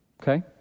Okay